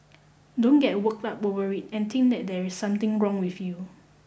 don't get worked up over it and think that there is something wrong with you